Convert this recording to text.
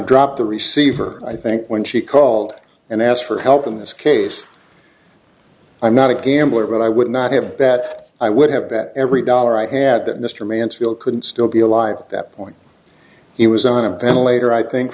dropped the receiver i think when she called and asked for help in this case i'm not a gambler but i would not have that i would have bet every dollar i had that mr mansfield could still be alive at that point he was on a ventilator i think